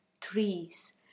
trees